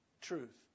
truth